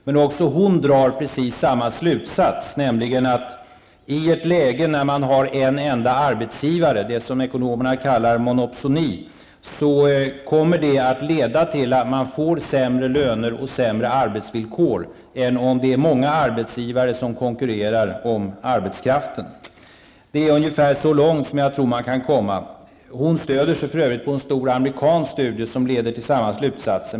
Men också hon drar precis samma slutsats, nämligen att man om det finns en enda arbetsgivare -- det som ekonomerna kallar monopsoni -- kommer att få sämre löner och sämre arbetsvillkor än om det är många arbetsgivare som konkurrerar om arbetskraften. Det är ungefär så långt som jag tror att man kan komma. Åsa Löfström stödjer sig för övrigt på en stor amerikansk studie, som kommer till samma slutsatser.